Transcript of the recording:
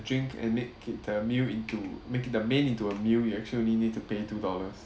drink and make it a meal into make the main into a meal you actually need to pay two dollars